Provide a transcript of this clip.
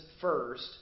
first